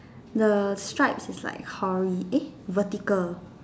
the stripe is like hori~ eh vertical